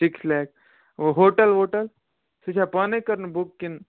six لیٚکٕس hotel وۄٹَل سُہ چھا پانٕے کَرُن بُک کِنہٕ